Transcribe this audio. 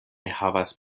havas